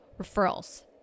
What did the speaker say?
Referrals